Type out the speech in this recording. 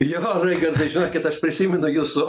jo raigardai žinokit aš prisimenu jūsų